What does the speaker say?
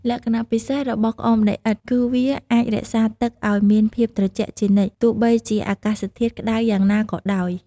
លក្ខណៈពិសេសរបស់ក្អមដីឥដ្ឋ គឺវាអាចរក្សាទឹកឲ្យមានភាពត្រជាក់ជានិច្ច ទោះបីជាអាកាសធាតុក្តៅយ៉ាងណាក៏ដោយ។